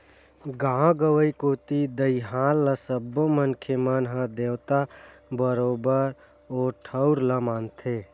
गाँव गंवई कोती दईहान ल सब्बो मनखे मन ह देवता बरोबर ओ ठउर ल मानथे